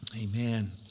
Amen